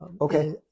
Okay